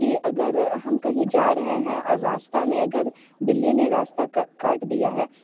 कि अगर हम कहीं जा रहे हैं और रास्ते में अगर बिल्ली ने रास्ता काट दिया है